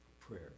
prayer